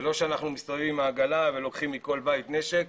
זה לא שאנחנו מסתובבים עם עגלה ואוספים מכל בית את כלי הנשק.